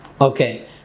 Okay